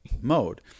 mode